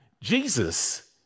Jesus